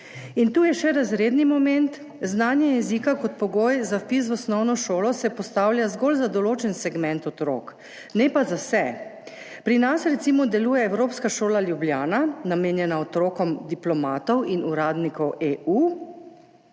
In tu je še razredni moment – znanje jezika kot pogoj za vpis v osnovno šolo se postavlja zgolj za določen segment otrok, ne pa za vse. Pri nas recimo deluje Evropska šola Ljubljana, namenjena otrokom diplomatov in uradnikov EU.